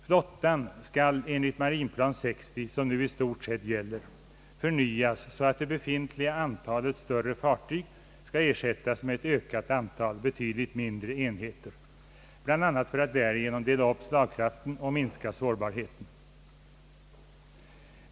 Flottan skall enligt marinplan 60, som nu i stort sett gäller, förnyas så att det befintliga antalet större fartyg skall ersättas med ett ökat antal betydligt mindre enheter, bl.a. för att härigenom dela upp slagkraften och minska sårbarheten.